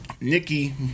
nikki